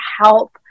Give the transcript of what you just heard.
help